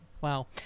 Wow